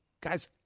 Guys